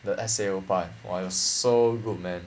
the S_A_O part one was so good man